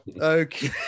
okay